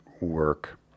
work